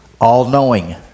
all-knowing